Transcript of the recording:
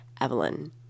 Evelyn